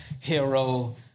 hero